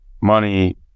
money